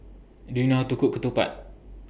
Do YOU know How to Cook Ketupat